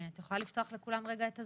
אנחנו נעשה גם follow up על כל הדיון הזה.